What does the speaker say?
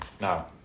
now